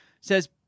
Says